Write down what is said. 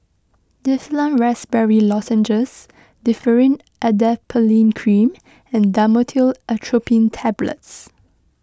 Difflam Raspberry Lozenges Differin Adapalene Cream and Dhamotil Atropine Tablets